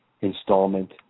installment